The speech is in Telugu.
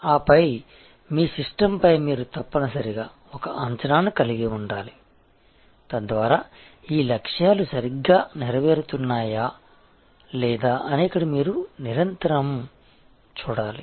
ఆపై మీ సిస్టమ్పై మీరు తప్పనిసరిగా ఒక అంచనాను కలిగి ఉండాలి తద్వారా ఈ లక్ష్యాలు సరిగ్గా నెరవేరుతున్నాయా లేదా అని ఇక్కడ మీరు నిరంతరం చూడాలి